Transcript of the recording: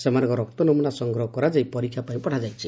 ସେମାନଙ୍କ ରକ୍ତ ନମୁନା ସଂଗ୍ରହ କରାଯାଇ ପରୀକ୍ଷା ପାଇଁ ପଠାଯାଇଛି